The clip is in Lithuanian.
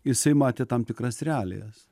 jisai matė tam tikras realijas